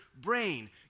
brain